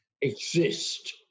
exist